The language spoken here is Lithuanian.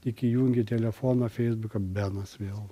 tik įjungi telefoną feisbuką benas vėl